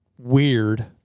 weird